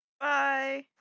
Bye